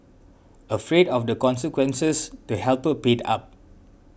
afraid of the consequences the helper paid up